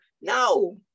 No